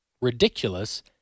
ridiculous